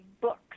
books